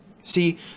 See